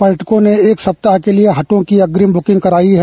पर्यटकों ने एक सप्ताह के लिए हटों की अग्रिम बुकिंग कराई है